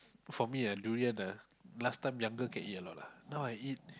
for me ah durian ah last time younger can eat a lot lah now I eat